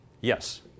Yes